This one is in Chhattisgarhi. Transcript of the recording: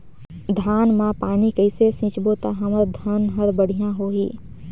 धान मा पानी कइसे सिंचबो ता हमर धन हर बढ़िया होही?